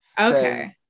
Okay